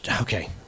okay